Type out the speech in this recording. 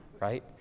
right